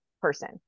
person